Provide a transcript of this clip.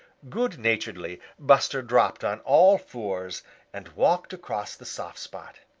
good-naturedly buster dropped on all fours and walked across the soft spot.